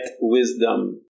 wisdom